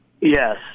Yes